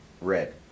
Red